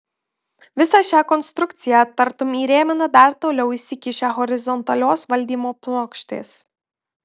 visą šią konstrukciją tartum įrėmina dar toliau išsikišę horizontalios valdymo plokštės